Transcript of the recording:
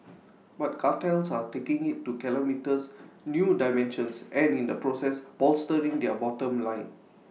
but cartels are taking IT to kilometres new dimensions and in the process bolstering their bottom line